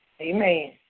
Amen